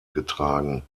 getragen